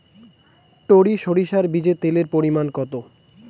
টরি সরিষার বীজে তেলের পরিমাণ কত?